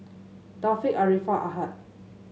Taufik Arifa Ahad